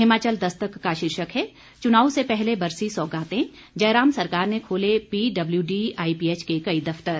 हिमाचल दस्तक का शीर्षक है चुनाव से पहले बरसीं सौगातें जयराम सरकार ने खोले पीडब्ल्यूडी आईपीएच के कई दफतर